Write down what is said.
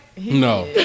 No